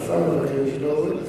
השר מבקש להוריד.